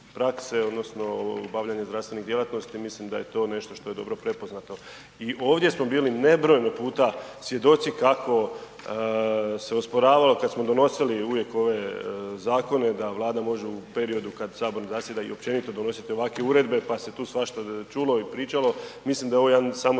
odnosno obavljanje zdravstvene djelatnosti. Mislim da je to nešto što je dobro prepoznato. I ovdje smo bili nebrojeno puta svjedoci kako se osporavalo kad smo donosili uvijek ove zakone da Vlada može u periodu kad sabor zasjeda i općenito donositi ovakve uredbe, pa se tu svašta čulo i pričalo. Mislim da je ovo jedan, samo